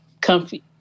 Comfy